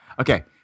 Okay